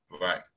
Right